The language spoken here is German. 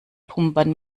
pumpern